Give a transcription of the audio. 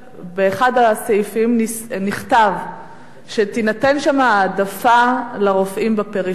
באחד הסעיפים נכתב שתינתן העדפה לרופאים בפריפריה.